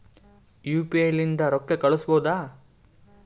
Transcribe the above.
UPI ಲಿಂದ ರೊಕ್ಕ ಕಳಿಸಬಹುದಾ?